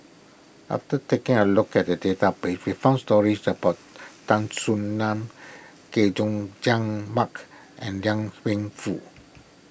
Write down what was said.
after taking a look at the database we found stories about Tan Soo Nan Chay Jung Jun Mark and Liang Wenfu